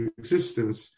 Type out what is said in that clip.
existence